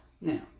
now